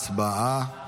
הצבעה.